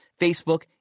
Facebook